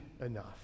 enough